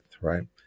right